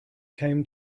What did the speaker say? came